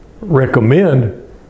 recommend